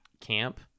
camp